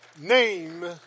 name